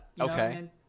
okay